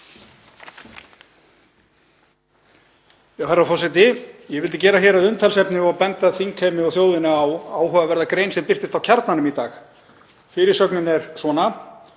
Herra forseti. Ég vildi gera hér að umtalsefni og benda þingheimi og þjóðinni á áhugaverða grein sem birtist á Kjarnanum í dag. Fyrirsögnin er svona: